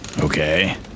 Okay